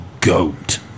goat